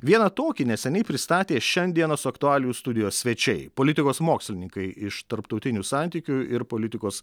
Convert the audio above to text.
vieną tokį neseniai pristatė šiandienos aktualijų studijos svečiai politikos mokslininkai iš tarptautinių santykių ir politikos